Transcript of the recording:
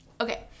okay